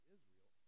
Israel